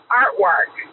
artwork